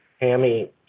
hammy